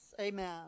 amen